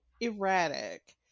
erratic